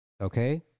Okay